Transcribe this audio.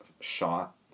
shot